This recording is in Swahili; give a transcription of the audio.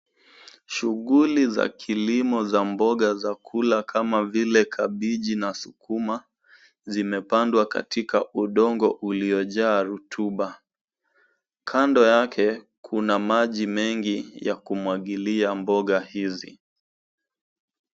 Shughuli za kilimo za mboga za kula kama vile kabeji na sukuma zimepangwa katika udongo uliojaa rotuba. Kando yake kuna maji mengi ya kumwagilia mboga hizi.